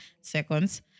seconds